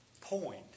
point